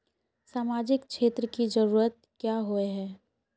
सामाजिक क्षेत्र की जरूरत क्याँ होय है?